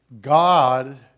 God